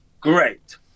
great